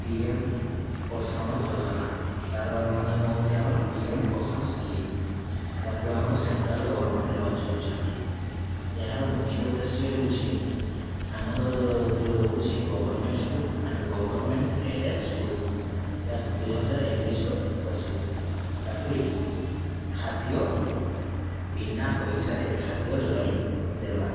P M Poshan ଯୋଜନା ତା'ର ଅନ୍ୟନାମ ହେଉଛି ଆମର ପି ଏମ୍ ପୋସଣ ସ୍କିମ୍ ତାକୁ ଆମର ସେଣ୍ଟ୍ରାଲ୍ ଗଭର୍ମେଣ୍ଟ୍ ଲଞ୍ଚ୍ କରିଛନ୍ତି ଏହାର ମୁଖ୍ୟ ଉଦ୍ଦେଶ୍ୟ ହେଉଛି ଆମର ଯେଉଁ ରହୁଛି ଗଭର୍ମେଣ୍ଟ୍ ସ୍କୁଲ୍ ଆମେ ଗଭର୍ମେଣ୍ଟ୍ ଏଡ଼େଡ଼୍ ସ୍କୁଲ୍ ତାକୁ ଦୁଇହଜାର ଏକୋଇଶିରୁ ପଚିଶି ତାକୁ ହିଁ ଖାଦ୍ୟ ବିନା ପଇସାରେ ଖାଦ୍ୟ ଯୋଗାଇ ଦେବା